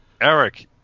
Eric